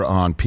on